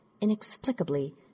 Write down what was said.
inexplicably